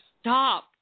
stop